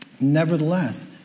Nevertheless